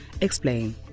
EXPLAIN